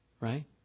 Right